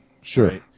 Sure